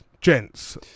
Gents